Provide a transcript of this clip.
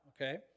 okay